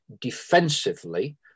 defensively